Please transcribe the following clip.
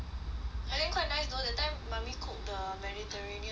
I think quite nice though that time mummy cook the mediterranean chicken